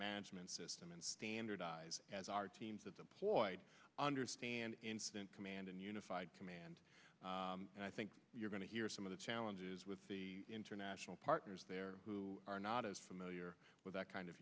management system and standardise has our teams of deployed understand incident command and unified command and i think you're going to hear some of the challenges with the international partners there who are not as familiar with that kind of